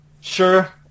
Sure